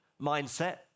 mindset